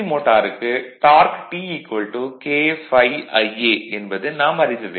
மோட்டாருக்கு torque T K ∅ Ia என்பது நாம் அறிந்ததே